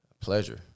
pleasure